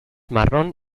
marrón